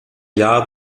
jahr